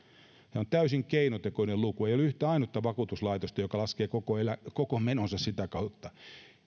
ja se on täysin keinotekoinen luku ei ole yhtä ainutta vakuutuslaitosta joka laskee koko menonsa sitä kautta